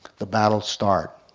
the battles start.